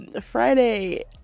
Friday